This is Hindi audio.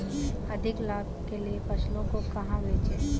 अधिक लाभ के लिए फसलों को कहाँ बेचें?